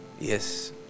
Yes